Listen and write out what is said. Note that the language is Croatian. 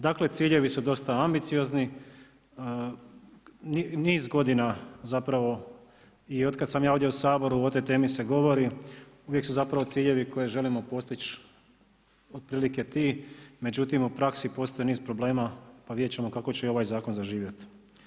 Dakle ciljevi su dosta ambiciozni, niz godina zapravo i od kada sam ja ovdje u Saboru o toj temi se govori, uvijek su ciljevi koje želimo postići otprilike ti, međutim u praksi postoji niz problema pa vidjet ćemo kako će i ovaj zakon zaživjeti.